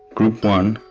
group one.